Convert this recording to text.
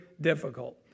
difficult